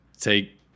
take